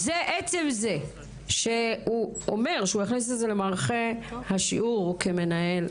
עצם זה שהוא אומר שהוא יכניס את זה למערכי השיעור כמנהל,